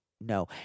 No